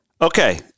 Okay